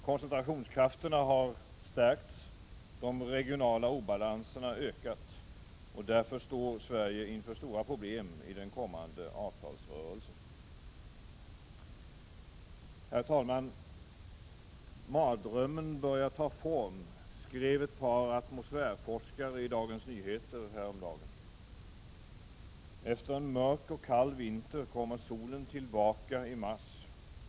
Koncentrationskrafterna har stärkts och de regionala obalanserna ökat, och därför står Sverige inför stora problem i den kommande avtalsrörelsen. Herr talman! Mardrömmen börjar ta form, skrev ett par atmosfärforskare i Dagens Nyheter häromdagen. ”Efter en mörk och kall vinter kommer solen tillbaka i mars.